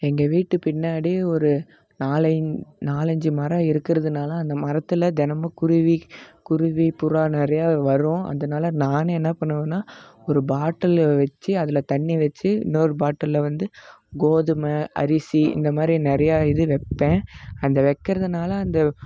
எங்கள் வீட்டு பின்னாடி ஒரு நாலய்ந் நாலஞ்சு மரம் இருக்கிறதுனால அந்த மரத்தில் த் னமும் குருவி குருவி புறா நிறையா வரும் அதனால நான் என்ன பண்ணுவேனால் ஒரு பாட்டிலை வச்சு அதில் தண்ணி வச்சு இன்னொரு பாட்டிலில் வந்து கோதுமை அரிசி இந்தமாதிரி நிறையா இது வைப்பேன் அந்த வைக்கிறதுனால அந்த